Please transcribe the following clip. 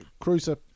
Cruiser